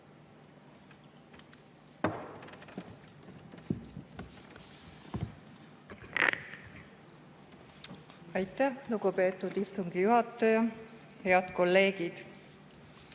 Aitäh, lugupeetud istungi juhataja! Head kolleegid!